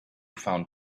found